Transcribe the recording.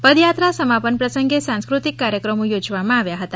પદયાત્રા સમાપન પ્રસંગે સાંસ્કૃતિક કાર્યક્રમો યોજવામાં આવ્યા હતા